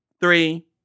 three